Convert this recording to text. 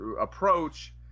approach